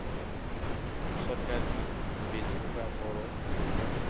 सरकारनि बिजों बा बर' मिडियाम